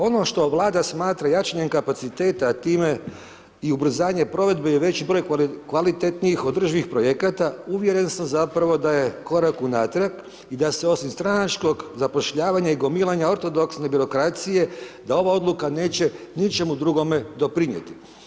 Ono što Vlada smatra jačanjem kapaciteta, a time i ubrzanje provedbe i veći broj kvalitetnih održivih projekata uvjeren sam zapravo da je korak unatrag i da se osim stranačkog zapošljavanja i gomilanja ortodoksne birokracije, da ova odluka neće ničemu drugome doprinjeti.